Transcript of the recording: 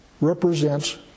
represents